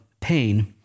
Pain